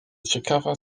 ciekawa